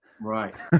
Right